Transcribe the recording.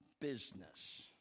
business